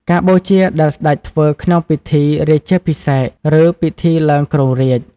ការបូជាដែលស្ដេចធ្វើក្នុងពិធីរាជាភិសេក ឫពិធីឡើងគ្រងរាជ្យ។